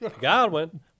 Godwin